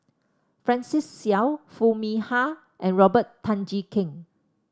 Francis Seow Foo Mee Har and Robert Tan Jee Keng